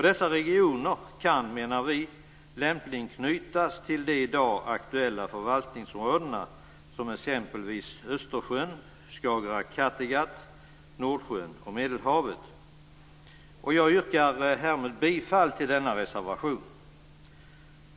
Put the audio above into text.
Dessa regioner kan, menar vi, lämpligen knytas till de i dag aktuella förvaltningsområdena som exempelvis Östersjön, Skagerrak och Kattegatt, Jag yrkar härmed bifall till denna reservation.